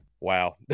Wow